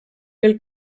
pel